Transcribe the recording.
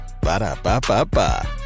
Ba-da-ba-ba-ba